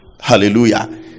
Hallelujah